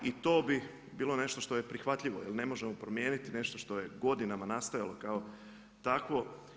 I to bi bilo nešto što je prihvatljivo jer ne možemo promijeniti nešto što je godinama nastajalo kao takvo.